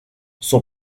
son